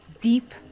deep